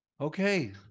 Okay